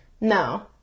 No